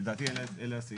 לדעתי אלה הסעיפים.